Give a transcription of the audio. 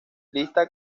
lista